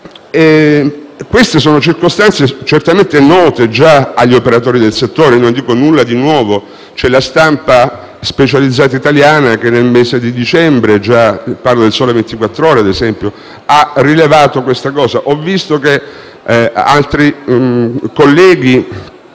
tratta di circostanze certamente già note agli operatori del settore; non dico nulla di nuovo: la stampa specializzata italiana nel mese di dicembre - «Il Sole 24 Ore», ad esempio - ha rilevato questa situazione. Ho visto che altri colleghi,